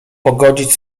pogodzić